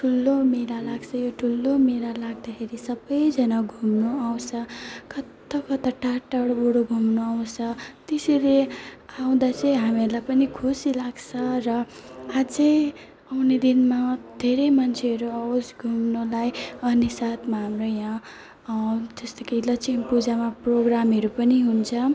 ठुलो मेला लाग्छ यो ठुलो मेला लाग्दाखेरि सबैजना घुम्नु आउँछ कत्ता कता टाढटाढोबाट घुम्नु आउँछ त्यसरी आउँदा चाहिँ हामीहरूलाई पनि खुसी लाग्छ र अझै आउने दिनमा धेरै मान्छेहरू आओस् घुम्नुलाई अनि साथमा हाम्रो यहाँ जस्तो कि लक्ष्मीपूजामा प्रोग्रामहरू पनि हुन्छ